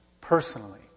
personally